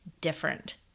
different